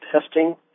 testing